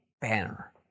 banner